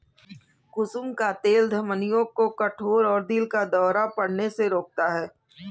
कुसुम का तेल धमनियों को कठोर और दिल का दौरा पड़ने से रोकता है